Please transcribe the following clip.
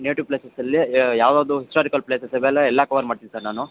native ಪ್ಲೇಸಸಲ್ಲಿ ಯಾವುದು historical places ಇವೆಯಲ್ಲ ಎಲ್ಲ ಕವರ್ ಮಾಡ್ತಿನಿ ಸರ್ ನಾನು